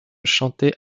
chantées